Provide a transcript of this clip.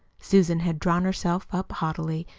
susan had drawn herself up haughtily.